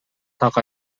так